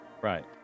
Right